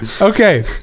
Okay